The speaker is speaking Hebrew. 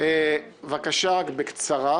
בבקשה, רק בקצרה,